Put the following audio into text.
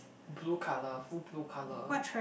blue colour full blue colour